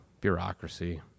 bureaucracy